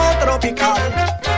tropical